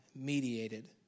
mediated